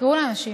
תקראו לאנשים.